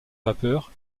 vapeur